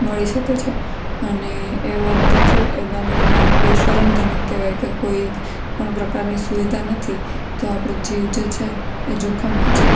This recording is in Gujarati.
મળી શકે છે અને એ વાત જે છે એ ગામડામાં આપણે શરમજનક કહેવાય કે કોઈ પણ પ્રકારની સુવિધા નથી તો આપણો જીવ જે છે એ જોખમમાં છે